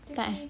tak eh